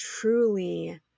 truly